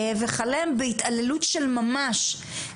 וכלה בהתעללות של ממש,